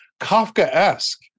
Kafka-esque